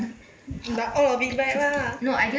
like all of it back ah